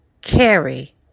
Carry